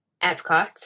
Epcot